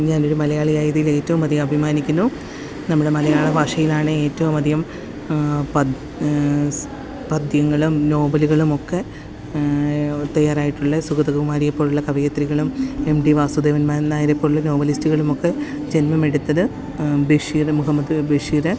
ഞാനൊരു മലയാളിയായതിലേറ്റവും അധികം അഭിമാനിക്കുന്നു നമ്മുടെ മലയാള ഭാഷയിലാണ് ഏറ്റവും അധികം പദ്യങ്ങളും നോവലുകളും ഒക്കെ തയ്യാറായിട്ടുള്ളത് സുഗതകുമാരിയെ പോലുള്ള കവയത്രികളും എംടി വാസുദേവന് നായരെ പോലുള്ള നോവലിസ്റ്റുകളും ഒക്കെ ജന്മമെടുത്തത് ബഷീര് മുഹമ്മദ് ബഷീര്